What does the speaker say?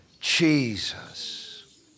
Jesus